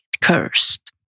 cursed